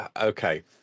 Okay